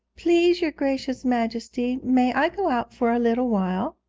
please, your gracious majesty, may i go out for a little while?